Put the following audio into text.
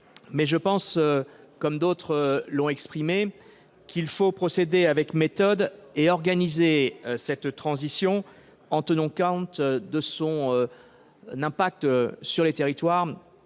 mais je pense, comme d'autres dans cet hémicycle, qu'il faut procéder avec méthode et organiser cette transition en tenant compte de son incidence sur les territoires